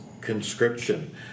conscription